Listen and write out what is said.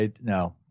No